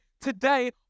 today